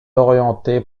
orientée